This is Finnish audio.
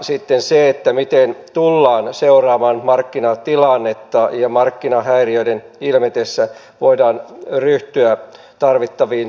sitten on se miten tullaan seuraamaan markkinatilannetta ja miten markkinahäiriöiden ilmetessä voidaan ryhtyä tarvittaviin toimiin